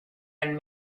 and